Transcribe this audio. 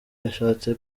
yashatse